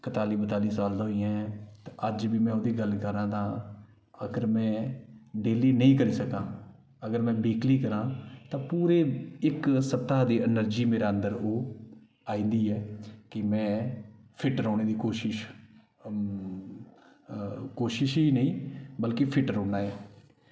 कताली बताली साल दा होइये ऐं ते अज्ज बी में ओह्दी गल्ल करांऽ तां अगर में डेली नेईं करी सकदा अगर में बीकली करांऽ पूरे इक सप्ताह दी एनर्जी मेरे अंदर ओह् आइंदी ऐ कि में फिट रौह्ने दी कोशिश कोशिश ई नेईं बल्कि फिट रौह्न्नां ऐ